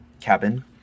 cabin